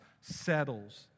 settles